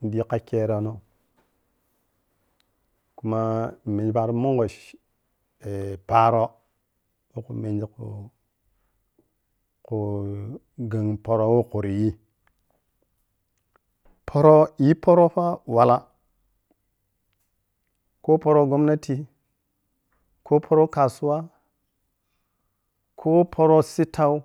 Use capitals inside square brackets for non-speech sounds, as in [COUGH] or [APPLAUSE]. Nidighi kha kyerenoh kuma nimengi paro mungho [HESITATION] paro woh khu menji khu-khu gheng poro woh khuri yi-poro, yi poro fa wala ku poro gomnati, ko poro kasuwa, ko poro sittau,